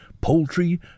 poultry